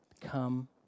come